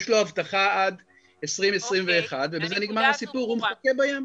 יש לו הבטחה עד 2021 ובזה נגמר הסיפור והוא מחכה בים.